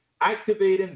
activating